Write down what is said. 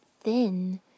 thin